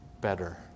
better